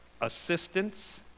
assistance